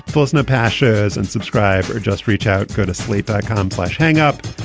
listener pashas and subscribe or just reach out. go to slate dot com slash hang up.